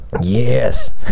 Yes